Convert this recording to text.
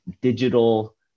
digital